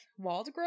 Waldgrove